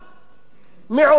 מעולם לא קיבלנו.